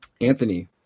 Anthony